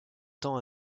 temps